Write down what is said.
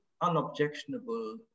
unobjectionable